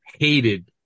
hated